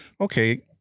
okay